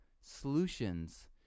solutions